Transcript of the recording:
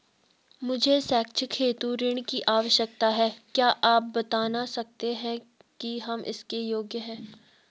मुझे शैक्षिक हेतु ऋण की आवश्यकता है क्या आप बताना सकते हैं कि हम इसके योग्य हैं?